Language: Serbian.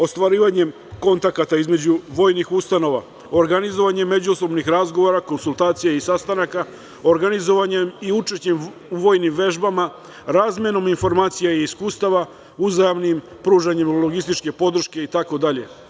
Ostvarivanjem kontakta između vojnih ustanova, organizovanjem međusobnih razgovora, konsultacija i sastanaka, organizovanjem i učešćem u vojnim vežbama, razmenom informacija i iskustava, uzajamnim pružanjem logističke podrške i tako dalje.